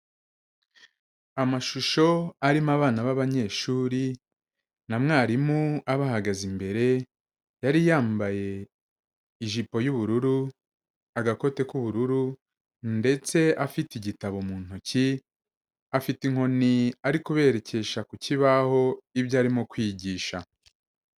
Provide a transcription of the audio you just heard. Amashusho arimo abana b'abanyeshuri, na mwarimu abahagaze imbere, yari yambaye ijipo y'ubururu, agakote k'ubururu, ndetse afite igitabo mu ntoki, afite inkoni ari kuberekesha ku kibaho ibyo arimo kwigisha.